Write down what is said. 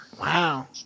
Wow